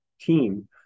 team